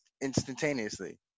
instantaneously